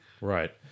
Right